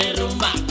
rumba